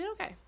Okay